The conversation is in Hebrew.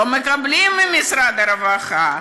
לא מקבלים ממשרד הרווחה,